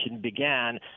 began